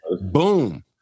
boom